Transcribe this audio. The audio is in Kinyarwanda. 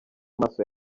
maso